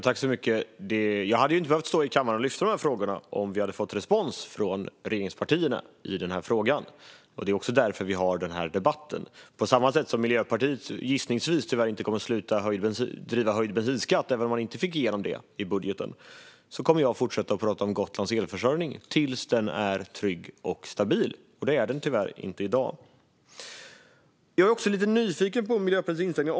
Fru talman! Jag hade inte behövt lyfta de frågorna här i kammaren om vi hade fått respons från regeringspartierna i frågan. Det är också därför vi har den här debatten. På samma sätt som Miljöpartiet gissningsvis tyvärr inte kommer att sluta driva frågan om höjd bensinskatt, även om de inte fick igenom det i budgeten, kommer jag inte att sluta prata om Gotlands elförsörjning förrän den är trygg och stabil. Det är den tyvärr inte i dag. Jag är lite nyfiken på Miljöpartiets inställning.